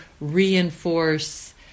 reinforce